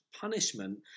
punishment